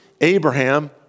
Abraham